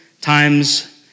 times